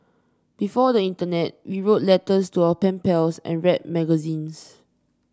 before the internet we wrote letters to our pen pals and read magazines